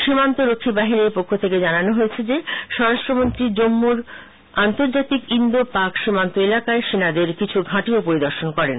সীমান্ত রক্ষী বাহিনীর পক্ষ থেকে জানানো হয়েছে যে স্বরাষ্ট্রমন্ত্রী জম্মুর আন্তর্জাতিক ইন্দো পাক সীমান্ত এলাকায় সেনাদের কিছু ঘাঁটিও পরিদর্শন করেন